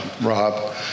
Rob